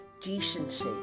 decency